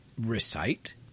recite